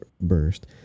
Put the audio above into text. burst